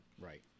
Right